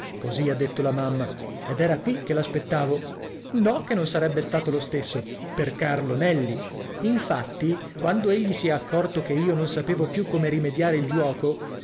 così ha detto la mamma ed era qui che l'aspettavo no che non sarebbe stato lo stesso per carlo nelli infatti quando egli si è accorto che io non sapevo più come rimediare il giuoco